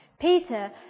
Peter